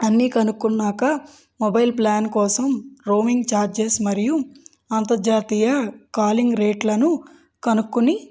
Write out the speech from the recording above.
అన్నీ కనుక్కున్నాక mobile plan కోసం రోమింగ్ చార్జెస్ మరియు అంతర్జాతీయ కాలింగ్ రేట్లను కనుక్కుని